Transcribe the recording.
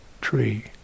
tree